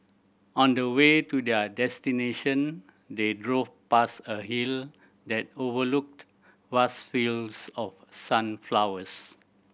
on the way to their destination they drove past a hill that overlooked vast fields of sunflowers